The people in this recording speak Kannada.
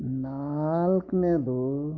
ನಾಲ್ಕನೇದು